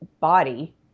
body